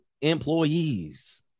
employees